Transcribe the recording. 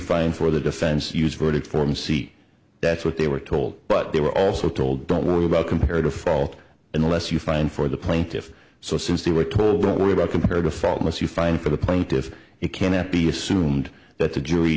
find for the defense use verdict form seat that's what they were told but they were also told don't worry about comparative fault unless you find for the plaintiffs so since they were told don't worry about compared to faultless you find for the plaintiffs it can't be assumed that the jury